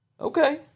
Okay